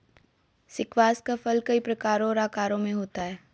squash का फल कई प्रकारों और आकारों में होता है